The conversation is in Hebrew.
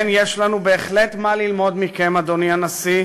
כן, יש לנו בהחלט מה ללמוד מכם, אדוני הנשיא,